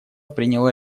приняло